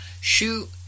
shoot